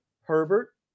Herbert